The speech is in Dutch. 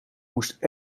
moest